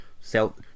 self